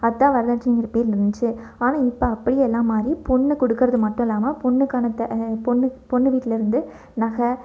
அத்தான் வரதட்சணைங்குற பேரில் இருந்துச்சு ஆனால் இப்போ அப்படியே எல்லாம் மாறி பொண்ணு கொடுக்கறது மட்டும் இல்லாம பெண்ணுக்கான த பொண்ணுக் பொண்ணு வீட்டில் இருந்து நகை